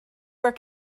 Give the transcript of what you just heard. were